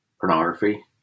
pornography